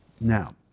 Now